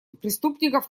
преступников